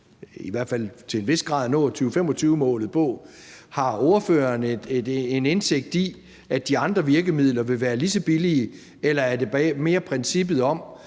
i hvert fald til en vis grad. Har ordføreren en indsigt i, at de andre virkemidler vil være lige så billige, eller er det mere princippet om,